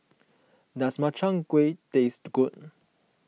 does Makchang Gui taste good